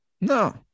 no